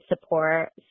support